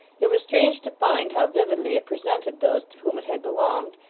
it was strange to find how vividly it presented those to whom it had belonged,